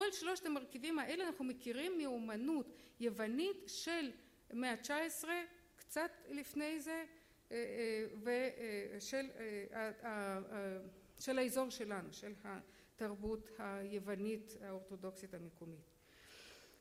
כל שלושת המרכיבים האלה אנחנו מכירים מאומנות יוונית של מאה תשע עשרה קצת לפני זה של של האזור שלנו של התרבות היוונית האורתודוקסית המקומית